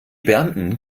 beamten